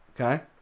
Okay